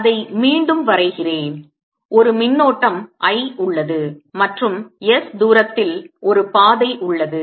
அதை மீண்டும் வரைகிறேன் ஒரு மின்னோட்டம் I உள்ளது மற்றும் s தூரத்தில் ஒரு பாதை உள்ளது